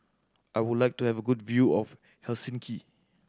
I would like to have a good view of Helsinki